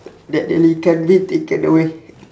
that really can't be taken away